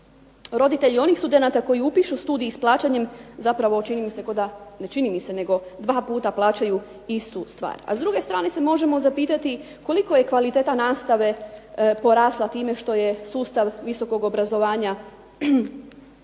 roditelji onih studenata koji upišu studij i s plaćanjem zapravo čini mi se ko' da, ne čini mi se nego dva puta plaćaju istu stvar. A s druge strane se možemo zapitati koliko je kvaliteta nastave porasla time što je sustav visokog obrazovanja prešao